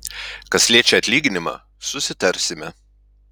kas liečia atlyginimą susitarsime